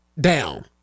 down